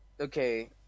okay